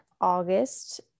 August